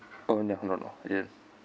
oh ya no no ya I didn't